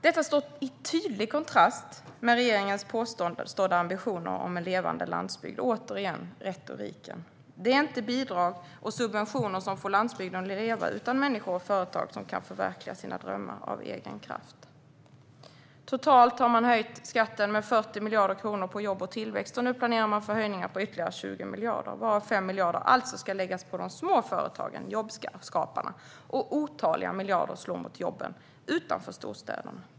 Detta står i tydlig kontrast till regeringens påstådda ambitioner om en levande landsbygd och, återigen, dess retorik. Det är inte bidrag och subventioner som får landsbygden att leva utan människor och företag som kan förverkliga sina drömmar av egen kraft. Totalt har man höjt skatten med 40 miljarder kronor på jobb och tillväxt. Nu planerar man höjningar på ytterligare 20 miljarder, varav 5 miljarder alltså ska läggas på de små företagen, på jobbskaparna. Otaliga miljarder slår mot jobben utanför storstäderna.